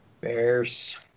Bears